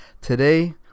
Today